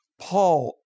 Paul